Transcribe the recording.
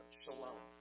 shalom